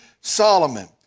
Solomon